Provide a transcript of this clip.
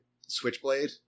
switchblade